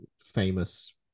famous